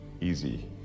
easy